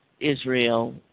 Israel